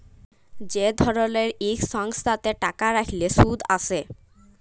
যে ধরলের ইক সংস্থাতে টাকা রাইখলে সুদ আসে